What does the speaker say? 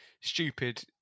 stupid